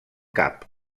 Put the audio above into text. cap